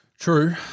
True